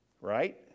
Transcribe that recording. right